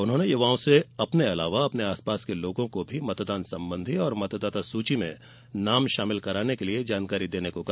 उन्होंने युवाओं से अपने अलावा अपने आसपास के लोगों को भी मतदान और मतदाता सूची में नाम शामिल कराने के लिए जानकारी देने को कहा